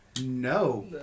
No